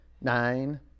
nine